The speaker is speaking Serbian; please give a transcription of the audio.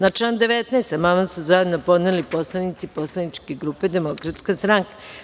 Na član 19. amandman su zajedno podneli poslanici Poslaničke grupe Demokratska stranka.